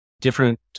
different